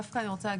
אני אתייחס.